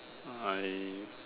I